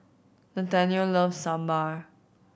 Nathanael loves Sambar